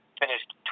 Finished